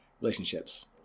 relationships